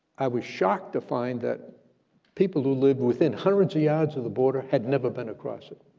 i was shocked to find that people who lived within hundreds of yards of the border had never been across it,